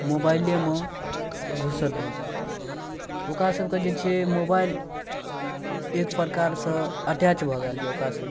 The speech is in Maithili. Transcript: मोबाइलेमे घुसल रहैए ओकरासभके जे छै मोबाइल एक प्रकारसँ अटैच भऽ गेल अइ ओकरासभके